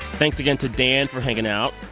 thanks again to dan for hanging out.